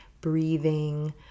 breathing